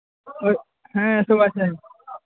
ওই হ্যাঁ সব আছে